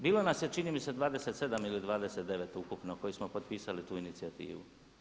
Bilo nas je čini mi se 27 ili 29 ukupno koji smo potpisali tu inicijativu.